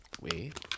wait